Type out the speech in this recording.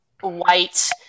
white